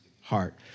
heart